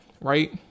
right